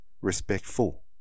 respectful